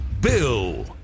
Bill